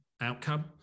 outcome